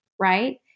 right